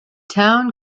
town